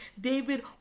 David